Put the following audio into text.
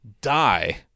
die